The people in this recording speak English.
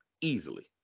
easily